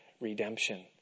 redemption